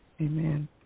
Amen